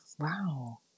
wow